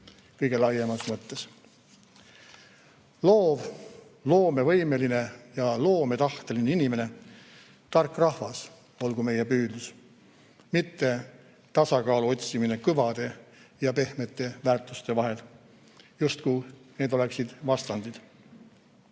kõige laiemas mõttes. Loov, loomevõimeline ja loometahteline inimene, tark rahvas olgu meie püüdlus, mitte tasakaalu otsimine kõvade ja pehmete väärtuste vahel, justkui need oleksid vastandid. Mure